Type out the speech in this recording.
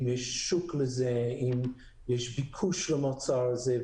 האם יש שוב לזה, האם יש ביקוש למוצר הזה.